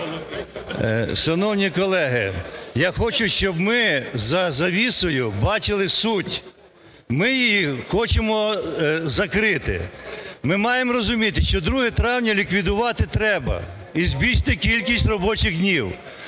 Шановні колеги, я хочу, щоб ми за завісою бачили суть, ми її хочемо закрити. Ми маємо розуміти, що 2 травня ліквідувати треба і збільшити кількість робочих днів,